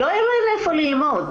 לא היה להן איפה ללמוד.